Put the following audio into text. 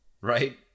right